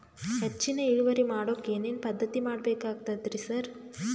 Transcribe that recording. ಹೆಚ್ಚಿನ್ ಇಳುವರಿ ಮಾಡೋಕ್ ಏನ್ ಏನ್ ಪದ್ಧತಿ ಮಾಡಬೇಕಾಗ್ತದ್ರಿ ಸರ್?